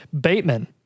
Bateman